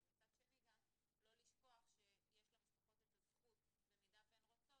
אבל מצד שני גם לא לשכוח שיש למשפחות את הזכות אם הן רוצות,